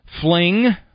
fling